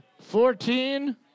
fourteen